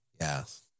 Yes